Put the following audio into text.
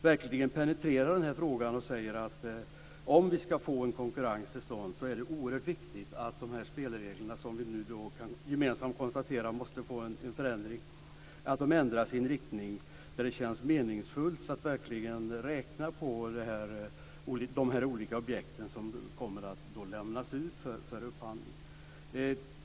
De penetrar verkligen den här frågan och säger att det, om vi skall få en konkurrens till stånd, är oerhört viktigt att spelreglerna, som vi nu gemensamt kan konstatera måste förändras, ändras i en riktning så att det känns meningsfullt att räkna på de olika objekt som kommer att lämnas ut för upphandling.